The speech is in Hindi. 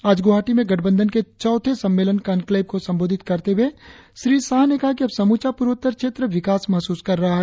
आज गुवाहाटी में गठबंधन के चौथे सम्मेलन कंक्लेव को संबोधित करते हुए अमित शाह ने कहा कि अब समूचा पूर्वोत्तर क्षेत्र विकास महसूस कर रहा है